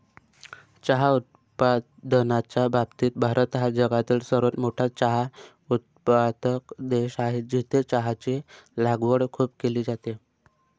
चहा उत्पादनाच्या बाबतीत भारत हा जगातील सर्वात मोठा चहा उत्पादक देश आहे, जिथे चहाची लागवड खूप केली जाते